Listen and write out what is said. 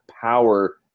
power